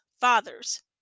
fathers